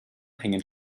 hängen